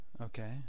Okay